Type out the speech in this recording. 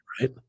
right